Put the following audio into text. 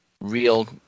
real